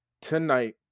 tonight